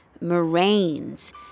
moraines